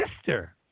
sister